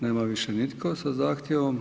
Nema više nitko sa zahtjevom.